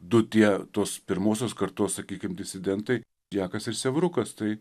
du tie tos pirmosios kartos sakykim disidentai jakas ir siaurukas tai